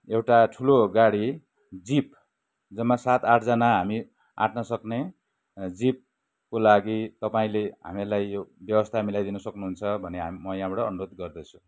एउटा ठुलो गाडी जिप जम्मा सात आठजना हामी अँट्नसक्ने जिपको लागि तपाईँले हामीलाई यो व्यवस्था मिलाइदिनु सक्नुहुन्छ भन्ने हा म यहाँबाट अनुरोध गर्दछु